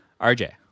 RJ